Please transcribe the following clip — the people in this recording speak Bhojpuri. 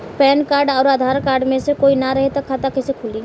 पैन कार्ड आउर आधार कार्ड मे से कोई ना रहे त खाता कैसे खुली?